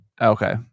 Okay